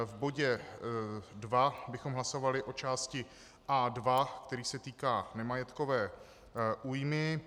V bodě 2 bychom hlasovali o části A2, která se týká nemajetkové újmy.